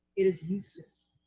it is useless.